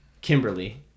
Kimberly